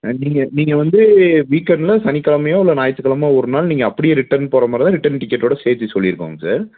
நீங்கள் நீங்கள் வந்து வீக்கென்ட்ன்னா சனிக்கிழமையோ இல்லை ஞாயித்துக்கிழம ஒரு நாள் நீங்கள் அப்படியே ரிட்டர்ன் போகறமாரி தான் ரிட்டர்ன் டிக்கட்டோட சேர்த்தி சொல்லிருக்கோங்க சார்